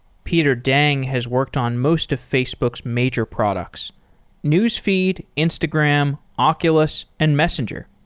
peter deng has worked on most of facebook's major products newsfeed, instagram, oculus and messenger.